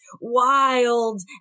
wild